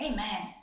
Amen